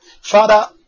father